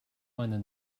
meine